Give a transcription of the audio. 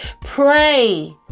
Pray